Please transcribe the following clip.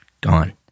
gone